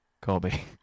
Colby